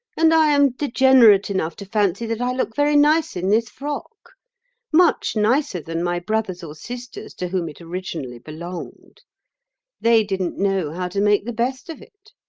and i am degenerate enough to fancy that i look very nice in this frock much nicer than my brothers or sisters to whom it originally belonged they didn't know how to make the best of it.